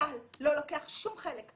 צה"ל לא לוקח שום חלק,